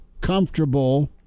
comfortable